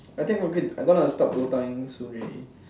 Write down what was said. I think I'm gonna q~ I'm gonna stop DOTAing soon already